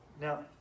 Now